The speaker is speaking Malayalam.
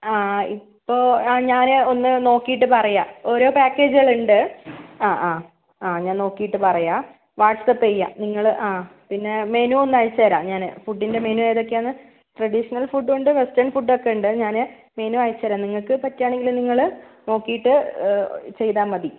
ആ ഇപ്പോൾ ആ ഞാൻ ഒന്ന് നോക്കീട്ട് പറയാം ഓരോ പാക്കേജുകൾ ഉണ്ട് ആ ആ ഞാൻ നോക്കീട്ട് പറയാം വാട്ട്സ്ആപ്പ് ചെയ്യാം നിങ്ങൾ ആ പിന്നെ മെനു ഒന്ന് അയച്ച് തരാം ഞാൻ ഫുഡിൻ്റെ മെനു ഏതൊക്കെയാന്ന് ട്രെഡിഷണൽ ഫുഡ് ഉണ്ട് വെസ്റ്റേൺ ഫുഡ് ഒക്കെ ഉണ്ട് ഞാൻ മെനു അയച്ച് തരാം നിങ്ങൾക്ക് പറ്റുവാണെങ്കിൽ നിങ്ങൾ നോക്കീട്ട് ചെയ്താൽ മതി